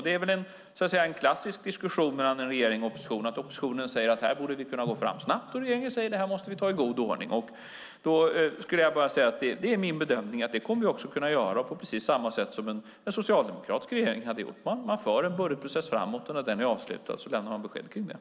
Det är så att säga en klassisk diskussion mellan en regering och en opposition att oppositionen säger att här borde vi kunna gå fram snabbt och regeringen säger att det här måste vi ta i god ordning. Då skulle jag bara vilja säga att det är min bedömning att det kommer vi också att kunna göra, på precis samma sätt som en socialdemokratisk regering hade gjort. Man för en budgetprocess framåt och när den är avslutad lämnar man besked om den.